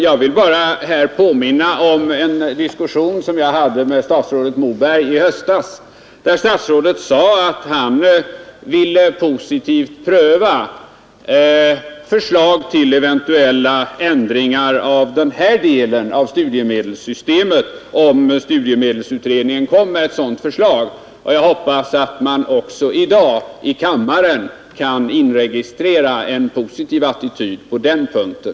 Jag vill här bara påminna om en diskussion som jag hade med statsrådet Moberg i höstas, där statsrådet sade att han ville positivt pröva förslag till eventuella ändringar i den här delen av studiemedelssystemet, om studiemedelsutredningen kom med ett sådant förslag. Jag hoppas att man också i dag i kammaren kan inregistrera en positiv attityd på den punkten.